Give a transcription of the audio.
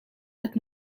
qed